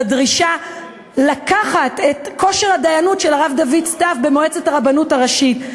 הדרישה לקחת את כושר הדיינות של הרב דוד סתיו במועצת הרבנות הראשית,